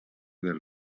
del